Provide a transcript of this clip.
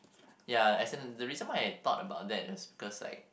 ya actually the reason why I thought about that was because like